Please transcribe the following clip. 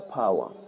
power